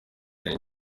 chain